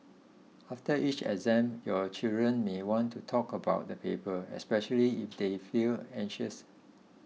after each exam your children may want to talk about the paper especially if they feel anxious